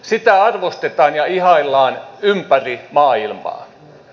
sitä arvostetaan ja ihaillaan ympäri maailmaa